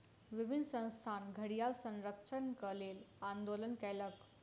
विभिन्न संस्थान घड़ियाल संरक्षणक लेल आंदोलन कयलक